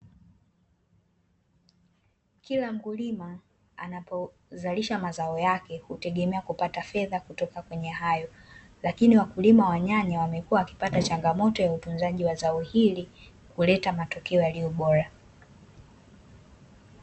Kila mkulima anapozalisha mazao yake hutegemea kupata fedha kutoka kwenye zao hilo, lakini wakulima wa nyanya wamekuwa wakipata changamoto ya utunzaji wa zao hili kuleta matokeo yaliyo bora.